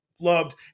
loved